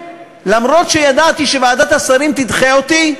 אף שידעתי שוועדת השרים תדחה אותי,